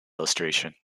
illustration